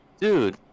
Dude